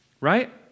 right